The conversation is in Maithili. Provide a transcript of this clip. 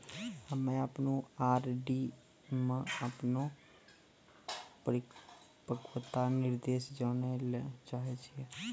हम्मे अपनो आर.डी मे अपनो परिपक्वता निर्देश जानै ले चाहै छियै